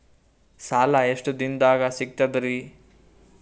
ಸಾಲಾ ಎಷ್ಟ ದಿಂನದಾಗ ಸಿಗ್ತದ್ರಿ?